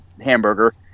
hamburger